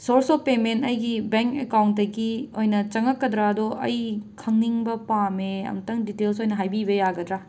source of payment ꯑꯩꯒꯤ bank ꯑꯦꯀꯥꯎꯟꯇꯒꯤ ꯑꯣꯏꯅ ꯆꯪꯂꯛꯀꯗ꯭ꯔꯗꯣ ꯑꯩ ꯈꯪꯅꯤꯡꯕ ꯄꯥꯝꯃꯦ ꯑꯃꯨꯛꯇꯪ ꯗꯤꯇꯦꯜꯁ ꯑꯣꯏꯅ ꯍꯥꯏꯕꯤꯕ ꯌꯥꯒꯗꯔ